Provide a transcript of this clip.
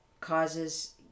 causes